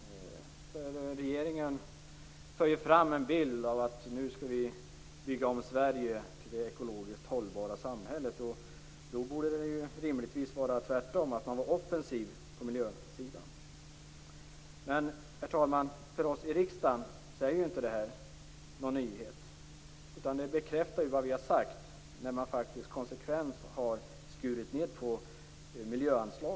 Regeringen för fram en bild av att Sverige skall byggas om till det ekologiskt hållbara samhället. Då borde det rimligtvis vara tvärtom, dvs. att man är offensiv på miljösidan. Herr talman! För oss i riksdagen är detta inte någon nyhet. Det bekräftar vad vi har sagt, dvs. när man konsekvent har skurit ned på miljöanslagen.